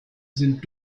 sind